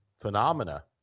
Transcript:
phenomena